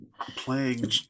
Playing